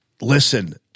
listen